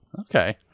Okay